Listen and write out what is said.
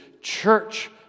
church